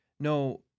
No